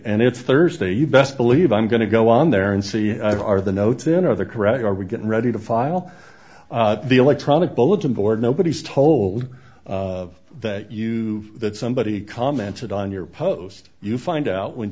and it's thursday you best believe i'm going to go on there and see are the notes in or the correct are we getting ready to file the electronic bulletin board nobody's told you that somebody commented on your post you find out when